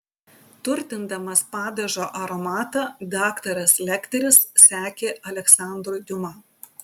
turtindamas padažo aromatą daktaras lekteris sekė aleksandru diuma